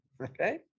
okay